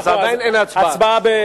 עדיין אין הצבעה.